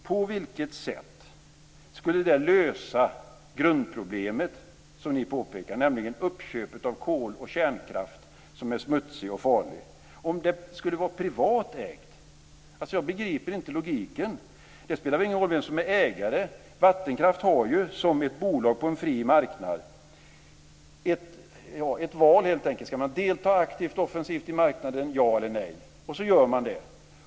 På vilket sätt skulle det lösa grundproblemet, som ni påpekar, nämligen uppköpet av kol och kärnkraft som är smutsig och farlig, om det här skulle vara privat ägt? Jag begriper inte logiken. Det spelar väl ingen roll vem som är ägare. Vattenkraft har ju som ett bolag på en fri marknad ett val, helt enkelt. Ska man delta aktivt och offensivt i marknaden - ja eller nej? Och man gör det.